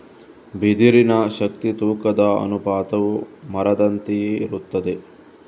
ಬಿದಿರಿನ ಶಕ್ತಿ ತೂಕದ ಅನುಪಾತವು ಮರದಂತೆಯೇ ಇರುತ್ತದೆ